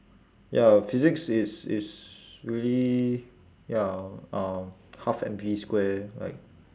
ya physics is is really ya um half M V square like